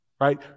right